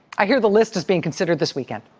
i hear the list is being considered this weekend.